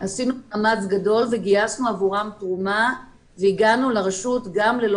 עשינו מאמץ גדול וגייסנו עבורן תרומה והגענו לרשות גם ללא